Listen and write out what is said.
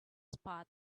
spot